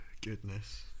goodness